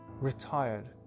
retired